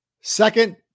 Second